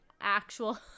actual